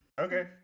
Okay